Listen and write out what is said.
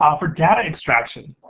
um for data extraction,